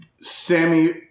Sammy